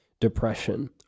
depression